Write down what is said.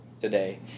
today